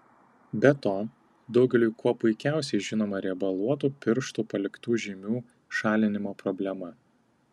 be to daugeliui kuo puikiausiai žinoma riebaluotų pirštų paliktų žymių šalinimo problema